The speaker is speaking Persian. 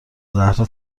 زهرا